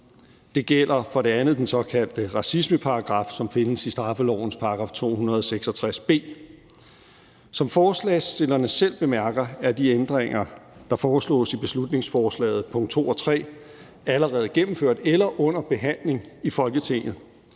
Det gælder for det andet den såkaldte racismeparagraf, som findes i straffelovens § 266 b. Som forslagsstillerne selv bemærker, er de ændringer, der foreslås i beslutningsforslagets punkt 2 og 3 allerede gennemført eller under behandling i Folketinget.